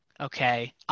okay